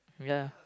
ya